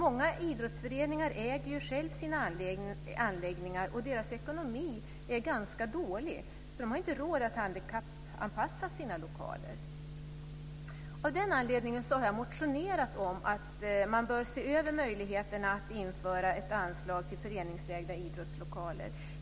Många idrottsföreningar äger själva sina anläggningar, och deras ekonomi är ganska dålig, så de har inte råd att handikappanpassa sina lokaler. Av den anledningen har jag motionerat om att man bör se över möjligheterna att införa ett anslag till föreningsägda idrottslokaler.